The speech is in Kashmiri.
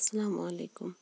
اسلام علیکُم